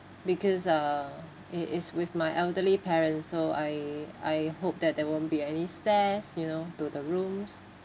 because uh it is with my elderly parents so I I hope that there won't be any stairs you know to the rooms